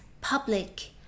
public